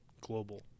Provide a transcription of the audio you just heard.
global